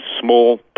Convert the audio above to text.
small